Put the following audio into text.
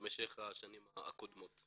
במשך השנים הקודמות.